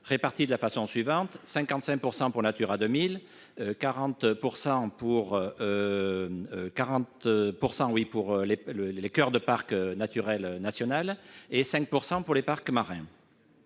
répartis de la façon suivante : 55 % pour les sites Natura 2000, 40 % pour les coeurs de parcs nationaux et 5 % pour les parcs marins.